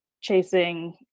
chasing